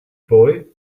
boy